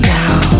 now